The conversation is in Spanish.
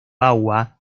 agua